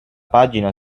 pagina